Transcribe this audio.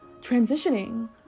Transitioning